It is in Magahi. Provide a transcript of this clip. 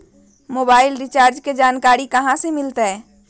मोबाइल रिचार्ज के जानकारी कहा से मिलतै?